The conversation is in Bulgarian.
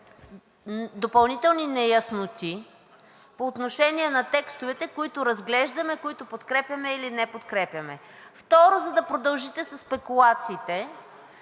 допълнителни неясноти по отношение на текстовете, които разглеждаме, които подкрепяме или не подкрепяме, и второ, за да продължите със спекулациите.